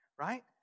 right